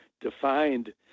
defined